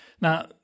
Now